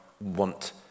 want